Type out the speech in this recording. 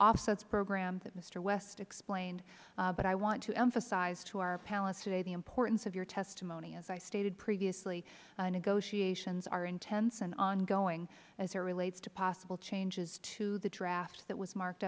offsets program that mister west explained but i want to emphasize to our panelists today the importance of your testimony as i stated previously negotiations are intense and ongoing as it relates to possible changes to the draft that was marked